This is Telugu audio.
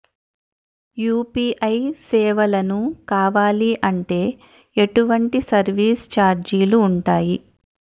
యు.పి.ఐ సేవలను కావాలి అంటే ఎటువంటి సర్విస్ ఛార్జీలు ఉంటాయి?